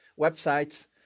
websites